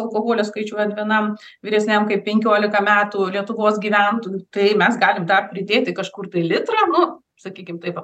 alkoholio skaičiuojant vienam vyresniam kaip penkiolika metų lietuvos gyventojų tai mes gal dar pridėti kažkur tai litrą nu sakykim taip